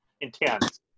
intense